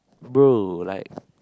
bro like